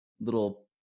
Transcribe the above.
little